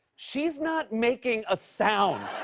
she's not making a sound.